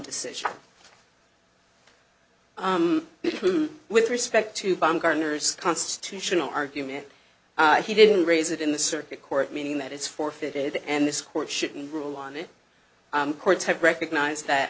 decision with respect to bomb garners constitutional argument he didn't raise it in the circuit court meaning that it's forfeited and this court shouldn't rule on it courts have recognized that